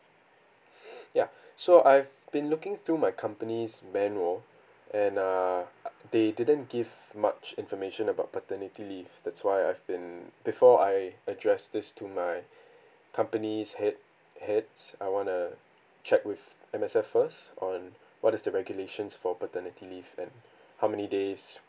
ya so I've been looking through my company's manual and err uh they didn't give much information about paternity leave that's why I've been before I address this to my company's head heads I want to check with M_S_F first on what is the regulations for paternity leave and how many days